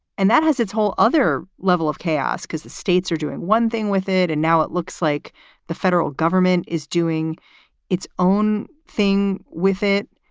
and that has its whole other level of chaos because the states are doing one thing with it. and now it looks like the federal government is doing its own thing with it.